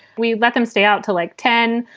we let them stay out to like ten,